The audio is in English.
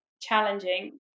challenging